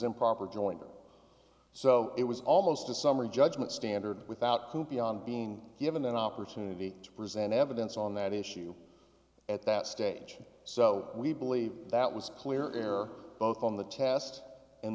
improper join or so it was almost a summary judgment standard without hoop beyond being given an opportunity to present evidence on that issue at that stage so we believe that was clear error both on the test and